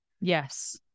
Yes